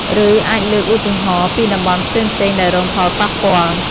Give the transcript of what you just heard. ឬ អាចលើកឧទាហរណ៍ពីតំបន់ផ្សេងៗដែលរងផលប៉ះពាល់។